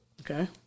Okay